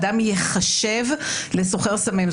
אדם שייחשב סוחר סמים.